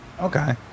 Okay